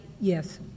yes